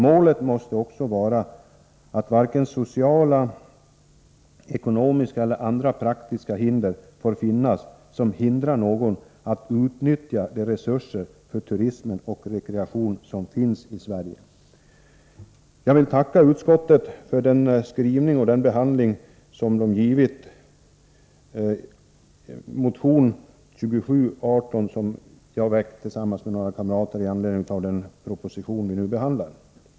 Målet måste alltså vara att varken sociala eller ekonomiska eller andra praktiska hinder får finnas. Ingen skall hindras från att utnyttja de resurser för turism och rekreation som finns i Sverige. Jag är tacksam för utskottets skrivning när det gäller motion 2718, som jag och några partikamrater väckte i anledning till den proposition som nu behandlas.